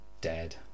dead